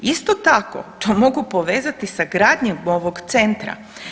Isto tako, to mogu povezati sa gradnjom ovog centra.